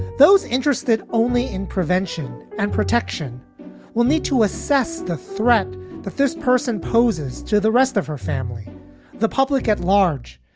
those interested only in prevention and protection will need to assess the threat that this person poses to the rest of her family the public at large,